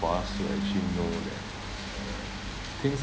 for us to actually know that things